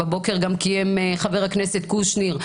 בבוקר קיים גם חבר הכנסת קושניר,